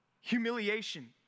humiliation